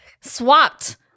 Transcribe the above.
swapped